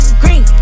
green